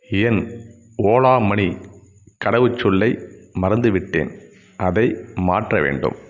என் Ola money கடவுச்சொல்லை மறந்துவிட்டேன் அதை மாற்ற வேண்டும்